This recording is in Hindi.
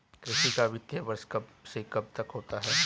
कृषि का वित्तीय वर्ष कब से कब तक होता है?